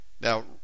Now